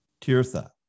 Tirtha